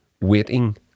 waiting